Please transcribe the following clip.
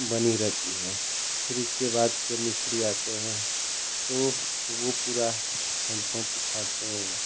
बनी रहती है फिर इसके बाद जब मिस्त्री आते हैं तो वह पूरा हैन्डपम्प उखाड़ते हैं